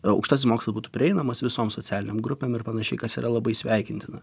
aukštasis mokslas būtų prieinamas visom socialinėm grupėm ir panašiai kas yra labai sveikintina